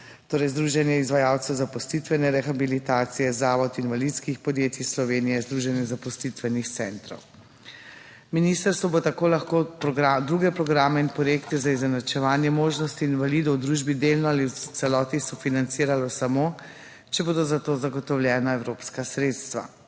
Združenje izvajalcev zaposlitvene rehabilitacije, Zavod invalidskih podjetij Slovenije, Združenje zaposlitvenih centrov. Ministrstvo bo tako lahko druge programe in projekte za izenačevanje možnosti invalidov v družbi delno ali v celoti sofinanciralo samo, če bodo za to zagotovljena evropska sredstva.